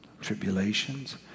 tribulations